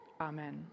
Amen